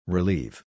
Relieve